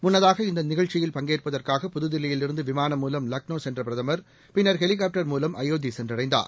முன்னதாக இந்த நிகழ்ச்சியில் பங்கேற்பதற்காக புதுதில்லியிலிருந்து விமானம் மூலம் லக்னோ சென்ற பிரதமர் பின்னர் ஹெலிகாப்டர் மூலம் அயோத்தி சென்றடைந்தார்